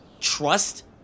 Trust